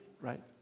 right